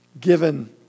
given